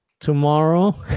Tomorrow